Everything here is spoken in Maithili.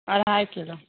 अढ़ाइ किलो